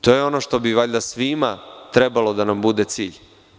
To je ono što bi valjda svima trebalo da nam bude cilj.